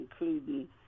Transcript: including